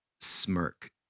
smirk